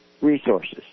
resources